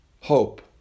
Hope